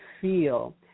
feel